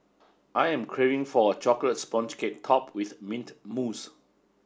I am craving for a chocolate sponge cake top with mint mousse